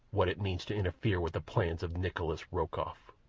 what it means to interfere with the plans of nikolas rokoff.